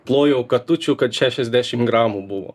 plojau katučių kad šešiasdešim gramų buvo